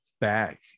back